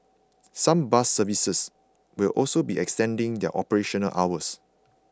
some bus services will also be extending their operational hours